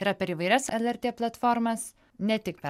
yra per įvairias lrt platformas ne tik per